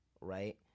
right